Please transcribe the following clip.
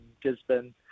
Gisborne